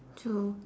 true